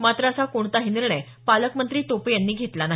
मात्र असा कोणताही निर्णय पालकमंत्री टोपे यांनी घेतला नाही